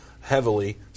heavily